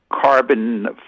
carbon